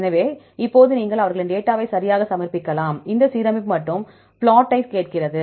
எனவே இப்போது நீங்கள் அவர்களின் டேட்டா வை சரியாக சமர்ப்பிக்கலாம் இந்த சீரமைப்பு மற்றும் பிளாட்டை கேட்கிறது